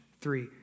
Three